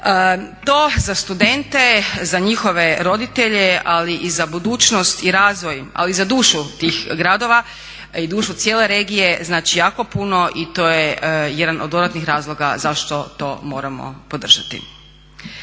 To za studente, za njihove roditelje ali i za budućnost i razvoj ali i za dušu tih gradova i dušu cijele regije, znači jako puno i to je jedan od dodatnih razloga zašto to moramo podržati.